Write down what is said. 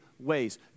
ways